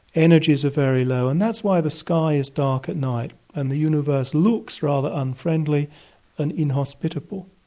energies are very low, and that's why the sky is dark at night and the universe looks rather unfriendly and inhospitable.